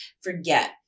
forget